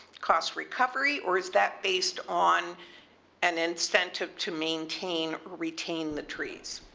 cost recovery or is that based on an incentive to maintain, retain the trees?